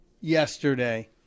yesterday